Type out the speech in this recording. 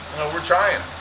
we're trying.